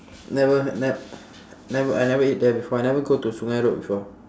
never ne~ never I never eat there before I never go to sungei road before